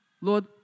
Lord